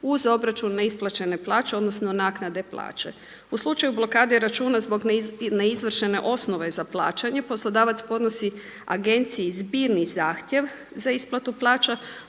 uz obračun neisplaćene plaće, odnosno naknade plaće. U slučaju blokade računa zbog neizvršene osnove za plaćanje poslodavac podnosi agenciji zbirni zahtjev za isplatu plaća